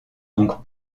donc